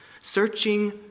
searching